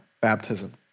baptism